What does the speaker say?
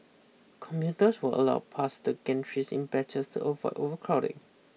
commuters were allowed past the gantries in batches of overcrowding